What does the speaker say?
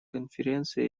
конференции